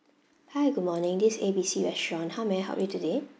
hi good morning this is A B C restaurant how may I help you today